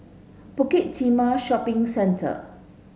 Bukit Timah Shopping Centre